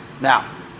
Now